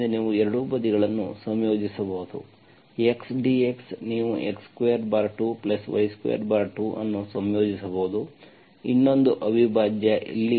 ಆದ್ದರಿಂದ ನೀವು ಎರಡೂ ಬದಿಗಳನ್ನು ಸಂಯೋಜಿಸಬಹುದು x dx ನೀವು x22 y22 ಅನ್ನು ಸಂಯೋಜಿಸಬಹುದು ಇನ್ನೊಂದು ಅವಿಭಾಜ್ಯ